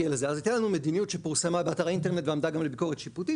הייתה לנו מדיניות שפורסמה באתר האינטרנט ועמדה גם לביקורת שיפוטית,